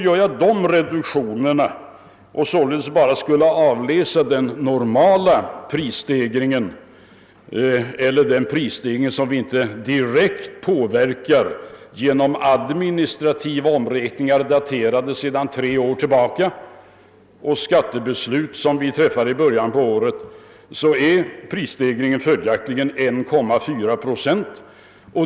Gör jag dessa reduktioner och således bara avläser den normala prisstegringen eller den prisstegring som vi inte direkt påverkat genom administrativa omräkningar som sträcker sig tre år tillbaka i tiden och genom skattebeslut som träffades i början på året är prisstegringen följaktligen 1,4 procent.